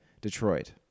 Detroit